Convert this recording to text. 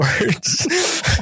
words